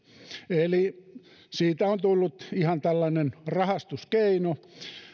eli siitä on tullut ihan tällainen rahastuskeino